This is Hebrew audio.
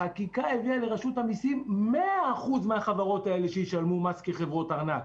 החקיקה הביאה לרשות המיסים 100% מהחברות האלה שישלמו מס כחברות ארנק.